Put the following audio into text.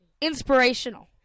Inspirational